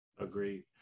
Agreed